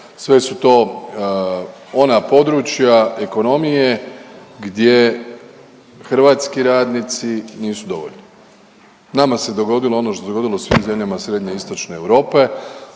sve su to ona područja ekonomije gdje hrvatski radnici nisu dovoljni. Nama se dogodilo ono što se dogodilo svim zemljama Srednje i Istočne Europe,